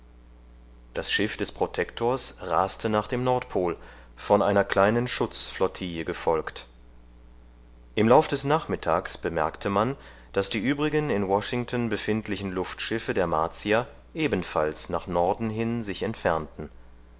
das schiff des protektors raste nach dem nordpol von einer kleinen schutzflottille gefolgt im lauf des nachmittags bemerkte man daß die übrigen in washington befindlichen luftschiffe der martier ebenfalls nach norden hin sich entfernten